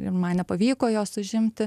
ir man nepavyko jos užimti